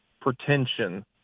pretension